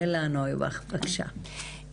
בבקשה.